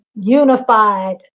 unified